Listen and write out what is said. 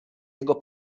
jego